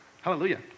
hallelujah